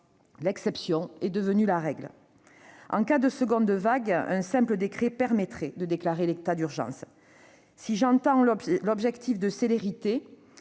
l'exception est devenue la règle. En cas de seconde vague, un simple décret permettrait de déclarer l'état d'urgence. Si j'entends l'objectif de célérité,